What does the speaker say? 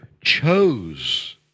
chose